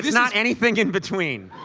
not anything in between.